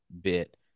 bit